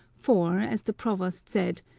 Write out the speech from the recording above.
for, as the provost said,